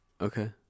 Okay